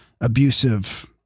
abusive